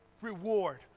reward